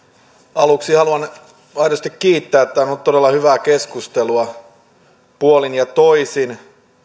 aluksi haluan aidosti kiittää tämä on ollut todella hyvää keskustelua puolin ja toisin